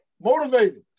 Motivated